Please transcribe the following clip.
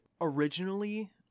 originally